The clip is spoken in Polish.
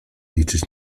liczyć